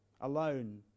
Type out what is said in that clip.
alone